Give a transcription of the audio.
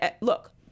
look